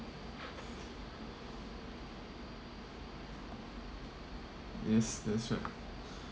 yes that's right